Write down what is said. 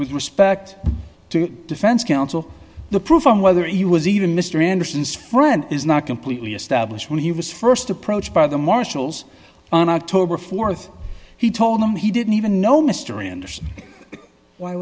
with respect to defense counsel the proof on whether he was even mr anderson's friend is not completely established when he was st approached by the marshals on october th he told them he didn't even know mr anderson why